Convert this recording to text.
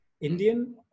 Indian